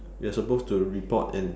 you're supposed to report and